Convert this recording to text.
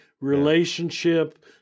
relationship